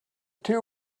two